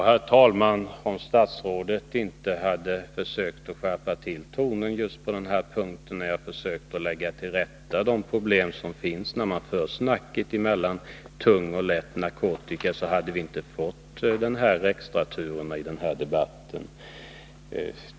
Herr talman! Om statsrådet inte hade skärpt tonen just på denna punkt när jag försökte lägga till rätta problemen i samband med diskussionen om tung och lätt narkotika, så hade vi inte fått dessa extraturer i den här debatten.